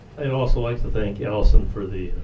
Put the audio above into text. i'd also like to thank alison for the